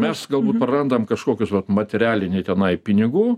mes galbūt prarandam kažkokius vat materialinį tenai pinigų